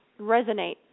resonate